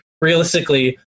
realistically